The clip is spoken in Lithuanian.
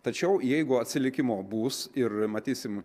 tačiau jeigu atsilikimo bus ir matysim